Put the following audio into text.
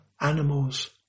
animals